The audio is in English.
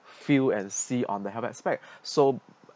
feel and see on the health aspect so